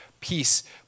peace